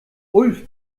ulf